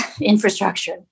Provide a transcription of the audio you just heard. infrastructure